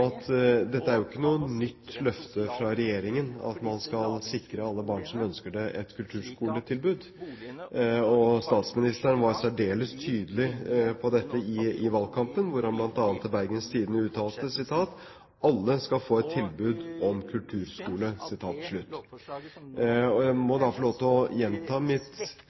at det ikke er et nytt løfte fra regjeringen at man skal sikre alle barn som ønsker det, et kulturskoletilbud. Statsministeren var særdeles tydelig på dette i valgkampen, da han bl.a. til Bergens Tidende uttalte: «Alle skal få et tilbud om kulturskole.» Jeg må da få lov til å gjenta mitt